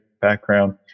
background